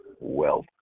wealth